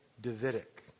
Davidic